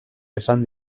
esan